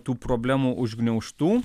tų problemų užgniaužtų